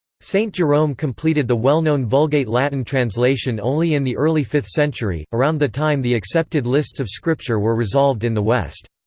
st. jerome completed the well-known vulgate latin translation only in the early fifth century, around the time the accepted lists of scripture were resolved in the west.